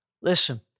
Listen